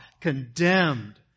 condemned